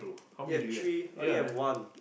you have three I only have one